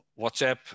WhatsApp